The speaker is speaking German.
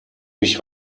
mich